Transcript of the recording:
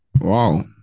wow